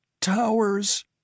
Towers